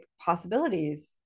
possibilities